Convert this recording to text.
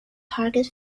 target